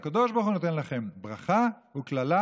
הקדוש ברוך הוא נותן לכם ברכה וקללה,